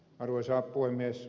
arvoisa puhemies